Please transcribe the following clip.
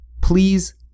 Please